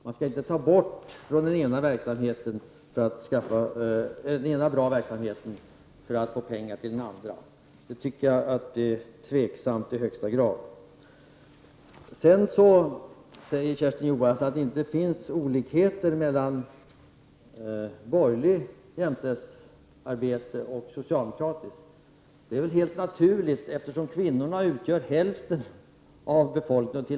Man skall inte ta pengar från den ena bra verksamheten för att ge till den andra, Det är i högsta grad tvivelaktigt. Sedan säger Kersti Johansson att det inte finns olikheter mellan borgerligt jämställdhetsarbete och socialdemokratiskt. Det är väl helt naturligt eftersom kvinnorna utgör hälften av befolkningen.